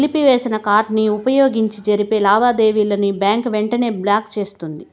నిలిపివేసిన కార్డుని వుపయోగించి జరిపే లావాదేవీలని బ్యాంకు వెంటనే బ్లాకు చేస్తుంది